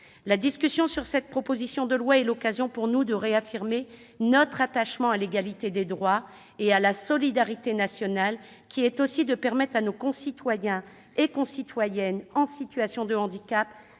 La discussion sur cette proposition de loi est l'occasion pour nous de réaffirmer notre attachement à l'égalité des droits et à la solidarité nationale, qui consistent aussi à permettre à nos concitoyennes et concitoyens en situation de handicap